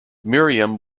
miriam